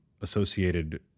associated